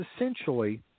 essentially